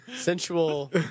sensual